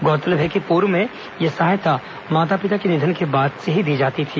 गौरतलब है कि पूर्व में यह सहायता माता पिता के निधन के बाद ही दी जाती थी